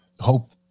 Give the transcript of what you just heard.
hope